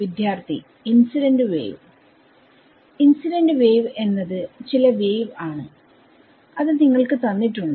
വിദ്യാർത്ഥി incident wave incident wave എന്നത് ചില വേവ് ആണ് അത് നിങ്ങൾക്ക് തന്നിട്ടുണ്ട്